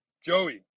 Joey